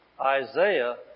Isaiah